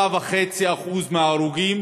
4.5% מההרוגים,